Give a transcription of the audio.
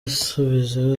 asubiza